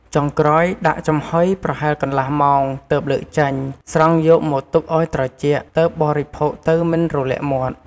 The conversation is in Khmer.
ចុងក្រោយដាក់ចំហុយ ប្រហែលកន្លះម៉ោង ទើបលើកចេញ ស្រង់យកមកទុកឱ្យត្រជាក់ ទើបបរិភោគទៅមិនរលាកមាត់។